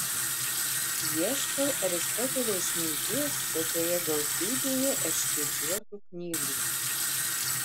ieškau aristotelio išminties tokioje gausybėje erškėčiuotų knygų